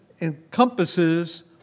encompasses